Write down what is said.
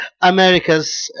America's